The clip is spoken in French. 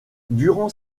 durant